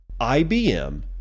IBM